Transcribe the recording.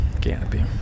canopy